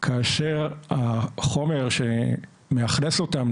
כאשר החומר שמאכלס אותם,